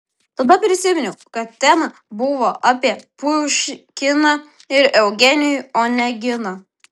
tada prisiminiau kad tema buvo apie puškiną ir eugenijų oneginą